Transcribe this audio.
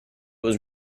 was